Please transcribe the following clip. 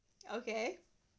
okay